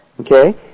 Okay